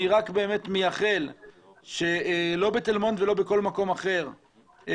אני מייחל שלא בתל מונד ולא בכל מקום אחר משרדי